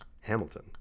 Hamilton